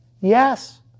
Yes